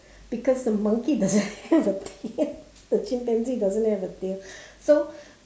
because the monkey doesn't have a tail the chimpanzee doesn't have a tail so